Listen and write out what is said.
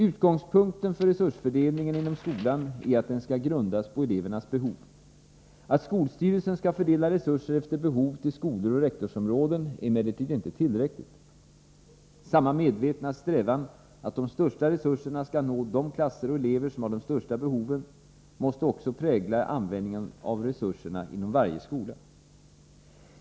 Utgångspunkten för resursfördelningen inom skolan är att den skall grundas på elevernas behov. Att skolstyrelsen skall fördela resurser efter behov till skolor och rektorsområden är emellertid inte tillräckligt. Samma medvetna strävan att de största resurserna skall nå de klasser och elever som har de största behoven måste också prägla användningen av resurserna inom varje skola.